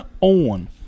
on